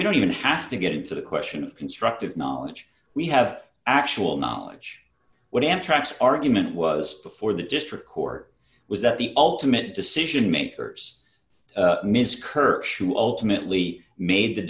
we don't even have to get into the question of constructive knowledge we have actual knowledge what amtrak's argument was before the district court was that the ultimate decision makers ms currie shoe ultimately made the